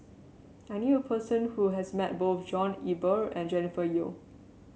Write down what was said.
I knew a person who has met both John Eber and Jennifer Yeo